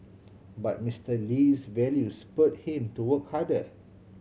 but Mister Lee's values spurred him to work harder